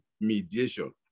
mediation